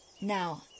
Now